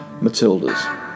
Matildas